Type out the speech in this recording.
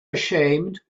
ashamed